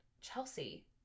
Chelsea